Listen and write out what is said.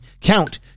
count